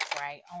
right